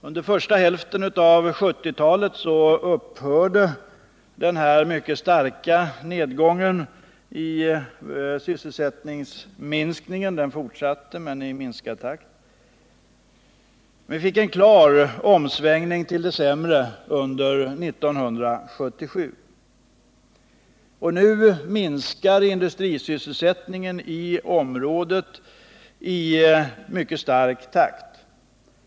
Under första hälften av 1970-talet upphörde den här mycket starka nedgången i antalet sysselsättningstillfällen — den fortsatte men i minskad takt. Vi fick en klar omsvängning till det sämre under 1977, och nu minskar industrisysselsättningen i området i mycket snabb takt.